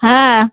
হ্যাঁ